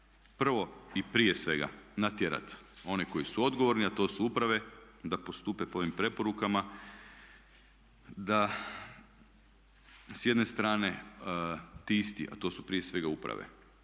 prvo i prije svega natjerati one koji su odgovorni, a to su uprave, da postupe po ovim preporukama da s jedne strane ti isti, a to su prije svega uprave.